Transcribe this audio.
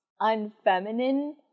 unfeminine